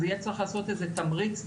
אז יהיה צריך לעשות איזה תמריץ דיפרנציאלי,